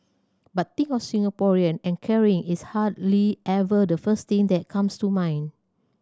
but think of Singaporeans and caring is hardly ever the first thing that comes to mind